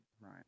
right